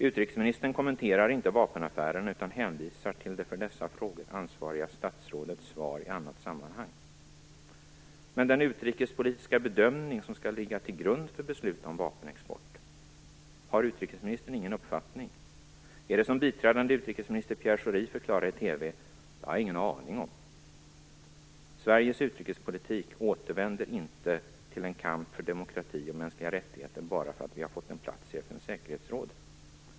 Utrikesministern kommenterar inte vapenaffärerna utan hänvisar till det för dessa frågor ansvariga statsrådets svar i annat sammanhang. Men vilken är den utrikespolitiska bedömning som skall ligga till grund för beslut om vapenexport? Har utrikesministern ingen uppfattning? Är det så som biträdande utrikesminister Pierre Schori förklarade i TV, att "det har jag ingen aning om"? Sveriges utrikespolitik återvänder inte till en kamp för demokrati och mänskliga rättigheter bara därför att vi fått en plats i FN:s säkerhetsråd.